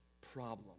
problem